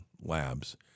labs